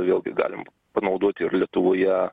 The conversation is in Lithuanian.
vėlgi galim panaudoti ir lietuvoje